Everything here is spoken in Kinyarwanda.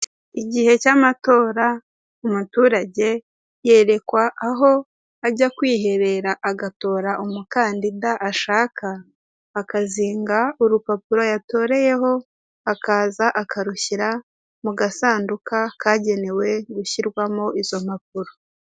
Igihe cy'amatora umuturage yerekwa aho ajya kwiherera agatora umukandida ashaka, akazinga urupapuro yatoreyeho akaza akarushyira mu gasanduka kagenewe gushyirwamo izo mpapuro.